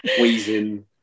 wheezing